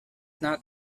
not